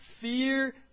fear